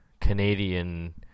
canadian